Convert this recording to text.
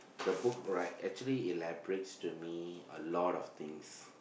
the book right actually elaborates to me a lot of things